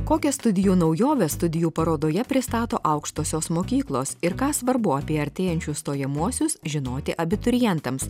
kokias studijų naujoves studijų parodoje pristato aukštosios mokyklos ir ką svarbu apie artėjančius stojamuosius žinoti abiturientams